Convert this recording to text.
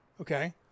Okay